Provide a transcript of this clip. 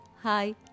Hi